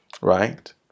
right